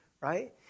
right